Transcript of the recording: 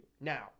now